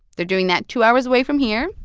they're doing that two hours away from here.